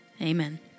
amen